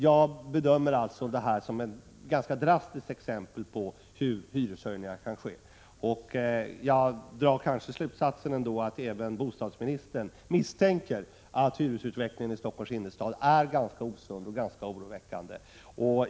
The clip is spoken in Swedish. Jag bedömer alltså detta som ett ganska dramatiskt exempel på hur höga hyreshöjningar kan bli. Jag drar kanske ändå slutsatsen att även bostadsministern misstänker att hyresutvecklingen i Stockholms innerstad är ganska osund och rätt oroväckande.